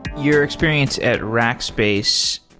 your experience at rackspace,